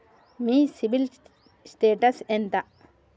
మీ CIBIL status ఎంత?